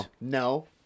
No